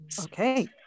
Okay